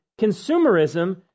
consumerism